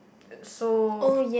so